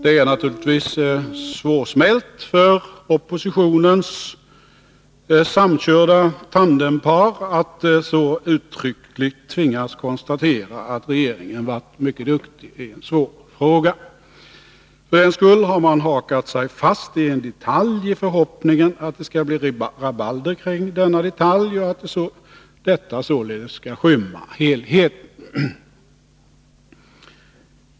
Det är naturligtvis svårsmält för oppositionens samkörda tandem-par att så uttryckligt tvingas konstatera att regeringen varit mycket duktig i en svår fråga. För den skull har man hakat sig fast vid en detalj, i förhoppningen att det 45 skall bli rabalder kring denna detalj och att detta således skall skymma helheten.